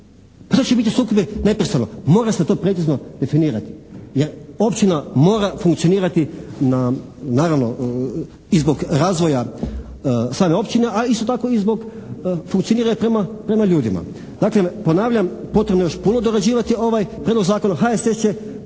To će biti sukobi … /Ne razumije se./ … mora se to precizno definirati, jer općina mora funkcionirati naravno i zbog razvoja same općine, a isto tako i zbog funkcionira prema ljudima. Dakle ponavljam, potrebno je još puno dorađivati ovaj prijedlog zakona. HSS